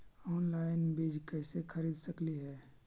Online बीज कईसे खरीद सकली हे?